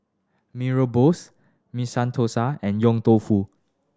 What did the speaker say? Mee Rebus Masala Thosai and Yong Tau Foo